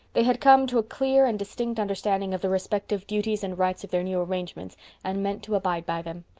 they had come to a clear and distinct understanding of the respective duties and rights of their new arrangements and meant to abide by them.